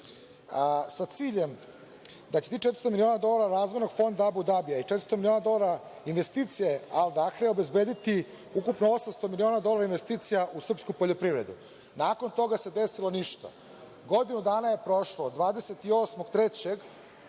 sa ciljem da će tih 400 miliona dolara Razvojnog fonda Abu Dabija i 400 miliona dolara investicije Al Dahre obezbediti ukupno 800 miliona dolara investicija u srpsku poljoprivredu. Nakon toga se desilo – ništa. Godinu dana je prošlo od 28.